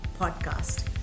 podcast